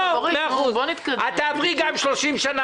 את תעברי גם 30 בכנסת,